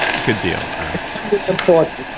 good deal it's important,